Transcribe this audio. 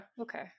Okay